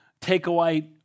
takeaway